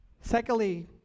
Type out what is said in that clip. Secondly